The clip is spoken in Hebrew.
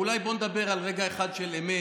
ואולי בוא נדבר על רגע אחד של אמת,